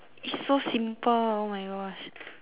it's so simple oh my gosh